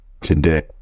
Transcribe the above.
today